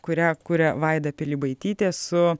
kurią kuria vaida pilibaitytė su